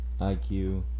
IQ